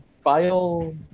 file